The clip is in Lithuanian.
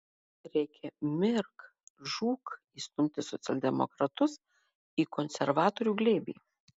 reikia mirk žūk įstumti socialdemokratus į konservatorių glėbį